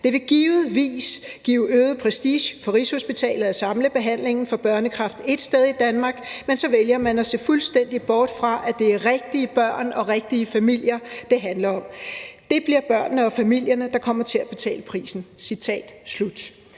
Det vil givetvis give øget prestige for Rigshospitalet at samle behandlingen af børnekræft ét sted i Danmark, men så vælger man at se fuldstændig bort fra, at det er rigtige børn og familier, det handler om. Det bliver børnene og familierne, der kommer til at betale prisen.«